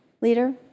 leader